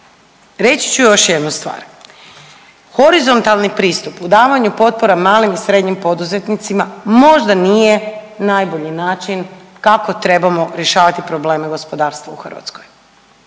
Reći ću još jednu stvar. Horizontalni pristup u davanju potpora malim i srednjim poduzetnicima možda nije najbolji način kako trebamo rješavati probleme gospodarstva u Hrvatskoj